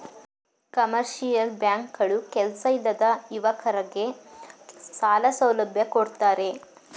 commercial bank ಗಳು ಕೆಲ್ಸ ಇಲ್ಲದ ಯುವಕರಗೆ ಸಾಲ ಸೌಲಭ್ಯ ಕೊಡ್ತಾರೆ